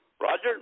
Roger